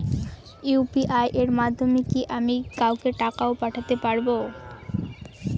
UPI এর মাধ্যমে কি আমি কাউকে টাকা ও পাঠাতে পারবো?